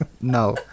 No